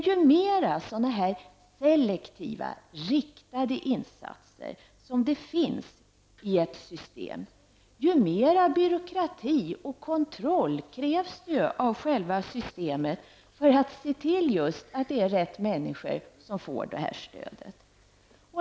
Ju mer selektiva, riktade insatser det finns i ett system, desto mer byråkrati och kontroll krävs det för att se till att det är rätt människor som får stödet.